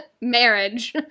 Marriage